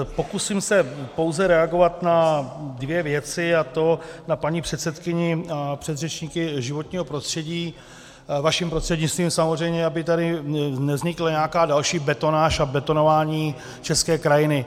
Pokusím se pouze reagovat na dvě věci, a to na paní předsedkyni, předřečnici, životního prostředí, vaším prostřednictvím samozřejmě, aby tady nevznikla nějaká další betonáž a betonování české krajiny.